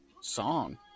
song